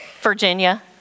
Virginia